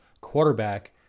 quarterback